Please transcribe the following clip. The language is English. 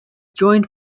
joined